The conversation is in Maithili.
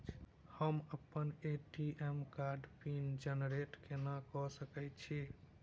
हम अप्पन ए.टी.एम कार्डक पिन जेनरेट कोना कऽ सकैत छी?